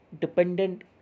dependent